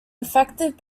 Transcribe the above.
effective